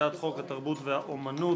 להצעת חוק התרבות והאמנות.